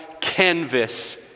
canvas